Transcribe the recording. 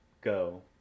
go